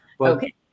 Okay